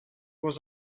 was